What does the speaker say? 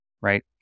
right